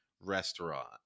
restaurant